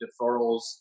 deferrals